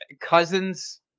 Cousins